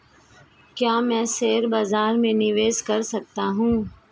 क्या मैं शेयर बाज़ार में निवेश कर सकता हूँ?